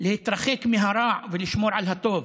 להתרחק מהרע ולשמור על הטוב,